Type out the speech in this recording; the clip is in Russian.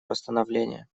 восстановление